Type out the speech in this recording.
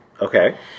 Okay